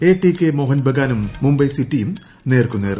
ATK Mohan ബഗാനും മുംബൈ സിറ്റിയും നേർക്കുനേർ